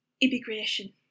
immigration